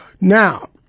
Now